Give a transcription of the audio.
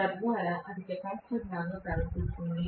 తద్వారా అది కెపాసిటర్ లాగా ప్రవర్తిస్తుంది